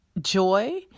joy